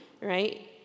right